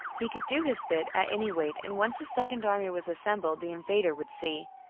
he could do his bit, at any rate, and once the second army was assembled, the invader would see!